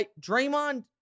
Draymond